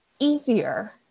easier